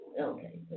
okay